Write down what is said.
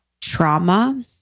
trauma